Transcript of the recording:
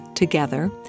Together